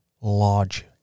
large